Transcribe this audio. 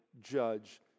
judge